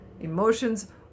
Emotions